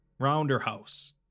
Rounderhouse